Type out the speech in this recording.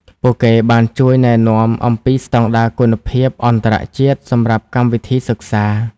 ពួកគេបានជួយណែនាំអំពីស្តង់ដារគុណភាពអន្តរជាតិសម្រាប់កម្មវិធីសិក្សា។